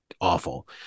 awful